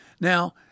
Now